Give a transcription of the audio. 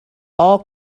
all